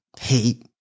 hate